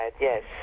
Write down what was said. yes